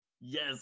yes